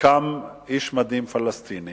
שקם פלסטיני